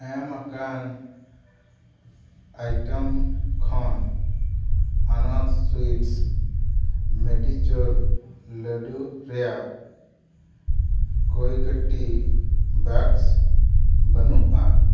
ᱮᱢ ᱟᱠᱟᱱ ᱟᱭᱴᱮᱢ ᱠᱷᱚᱱ ᱟᱱᱚᱫᱽ ᱥᱩᱭᱤᱴᱥ ᱢᱮᱰᱤᱪᱳᱨ ᱞᱟᱹᱰᱩ ᱨᱮᱭᱟᱜ ᱠᱳᱭᱠᱟᱴᱤ ᱰᱟᱨᱠᱥ ᱵᱟᱹᱱᱩᱜᱼᱟ